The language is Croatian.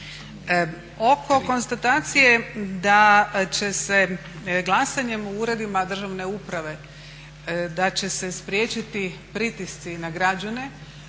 Oko konstatacije da će se glasanjem u uredima državne uprave, da će se spriječiti pritisci na građane,